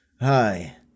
Hi